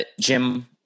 Jim